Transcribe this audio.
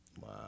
Wow